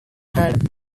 had